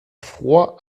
fror